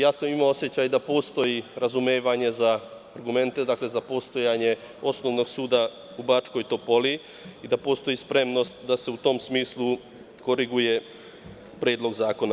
Ja sam imao osećaj da postoji razumevanje za argumente, dakle za postojanje osnovnog suda u Bačkoj Topoli i da postoji spremnost da se u tom smislu koriguje Predlog zakona.